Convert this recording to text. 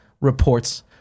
reports